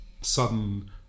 sudden